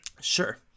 Sure